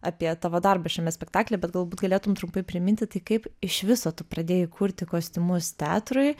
apie tavo darbą šiame spektaklyje bet galbūt galėtum trumpai priminti tai kaip iš viso tu pradėjai kurti kostiumus teatrui